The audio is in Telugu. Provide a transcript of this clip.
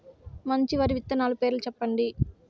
మంచి వరి విత్తనాలు పేర్లు చెప్పండి?